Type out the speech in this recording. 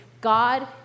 God